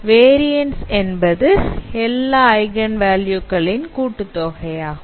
variance என்பது எல்லா eigen value களின் கூட்டுத்தொகையாகும்